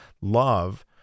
love